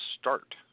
start